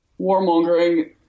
warmongering